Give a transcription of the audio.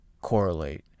correlate